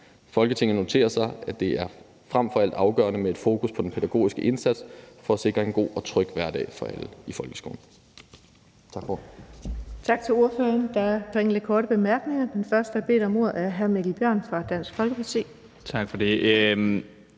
Folketinget noterer sig, at det frem for alt er afgørende med et fokus på den pædagogiske indsats for at sikre en god og tryg hverdag for alle i folkeskolen.«